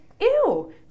ew